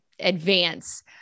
advance